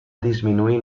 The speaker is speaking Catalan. disminuir